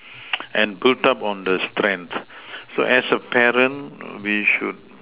and build up on the strength so as a parent we should